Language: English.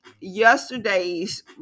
yesterday's